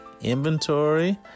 inventory